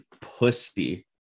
pussy